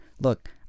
look